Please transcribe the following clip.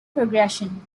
progression